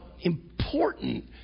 important